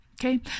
okay